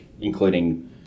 including